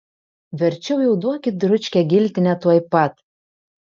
verčiau jau duokit dručkę giltinę tuoj pat